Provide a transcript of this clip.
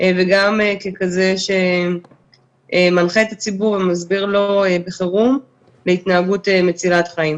וגם ככזה שמנחה את הציבור ומסביר לו את החירום והתנהגות מצילת חיים.